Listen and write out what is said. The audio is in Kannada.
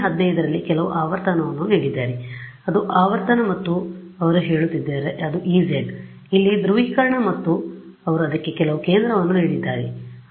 15 ರಲ್ಲಿ ಕೆಲವು ಆವರ್ತನವನ್ನು ನೀಡಿದ್ದಾರೆ ಅದು ಆವರ್ತನ ಮತ್ತು ಅವರು ಹೇಳುತ್ತಿದ್ದಾರೆ ಅದು Ez ಇಲ್ಲಿ ಧ್ರುವೀಕರಣ ಮತ್ತು ಅವರು ಅದಕ್ಕೆ ಕೆಲವು ಕೇಂದ್ರವನ್ನು ನೀಡಿದ್ದಾರೆ ಸರಿ